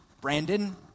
brandon